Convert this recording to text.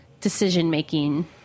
decision-making